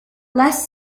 less